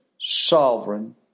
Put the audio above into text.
sovereign